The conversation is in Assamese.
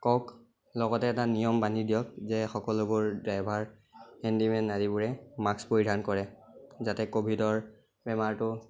কওক লগতে এটা নিয়ম বান্ধি দিয়ক যে সকলোবোৰ ড্ৰাইভাৰ হেণ্ডিমেন আদিবোৰে মাক্স পৰিধান কৰে যাতে কভিডৰ বেমাৰটো